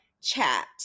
chat